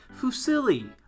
fusilli